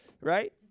right